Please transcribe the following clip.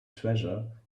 treasure